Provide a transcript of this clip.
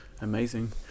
amazing